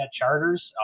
Charters